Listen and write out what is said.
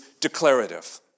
declarative